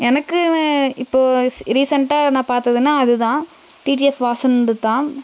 எனக்கு இப்போ ரீசெண்ட்டாக நான் பார்த்ததுன்னா அது தான் டிடிஎஃப் வாசன்து தான்